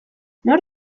nor